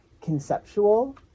conceptual